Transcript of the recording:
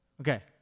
Okay